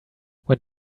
when